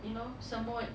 you know semut